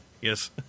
Yes